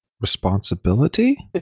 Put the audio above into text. responsibility